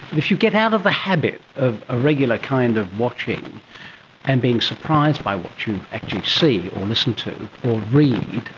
if you get out of the habit of a regular kind of watching and being surprised by what you actually see or listen to or read,